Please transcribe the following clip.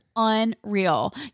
unreal